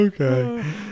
Okay